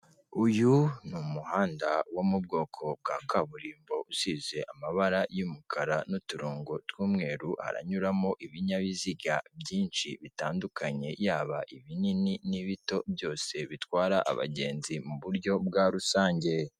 Uyu ni umuhanda wo mu bwoko bwa kaburimbo usize amabara y'umukara n'uturongo tw'umweru haranyuramo ibinyabiziga byinshi bitandukanye yaba ibinini n'ibito byose bitwara abagenzi mu buryo bwa rusange.